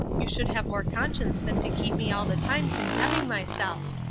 you should have more conscience than to keep me all the time condemning myself!